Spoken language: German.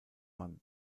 mann